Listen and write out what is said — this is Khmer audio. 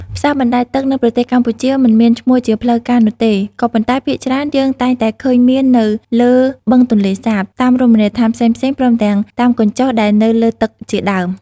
ផ្សារបណ្ដែតទឹកនៅប្រទេសកម្ពុជា មិនមានឈ្មោះជាផ្លូវការនោះទេ ក៏ប៉ុន្តែភាគច្រើនយើងតែងតែឃើញមាននៅលើបឹងទន្លេសាប តាមរមនីយដ្ឋានផ្សេងៗ ព្រមទាំងតាមកញ្ចុះដែលនៅលើទឹកជាដើម។